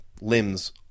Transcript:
limbs